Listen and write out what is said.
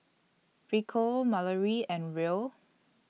Rico Malorie and Ruel